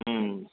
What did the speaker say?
ம்